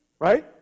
Right